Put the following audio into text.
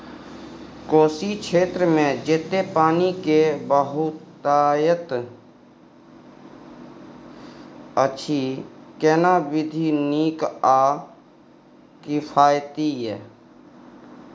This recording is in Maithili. कोशी क्षेत्र मे जेतै पानी के बहूतायत अछि केना विधी नीक आ किफायती ये?